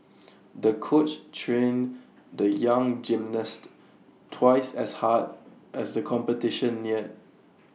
the coach trained the young gymnast twice as hard as the competition neared